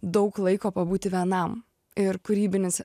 daug laiko pabūti vienam ir kūrybinis